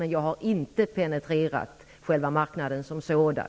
Men jag har inte penetrerat marknaden som sådan.